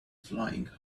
flying